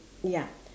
ya